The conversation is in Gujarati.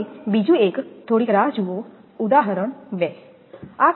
હવે બીજું એક થોડીક રાહ જુઓ ઉદાહરણ 2